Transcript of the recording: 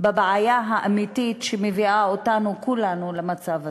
בבעיה האמיתית שמביאה אותנו, כולנו, למצב הזה.